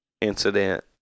incident